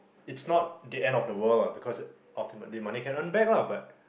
it's not the end of the world what because ultimately money can earn back lah but